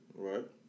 Right